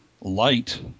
light